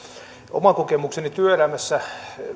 oma kokemukseni työelämässä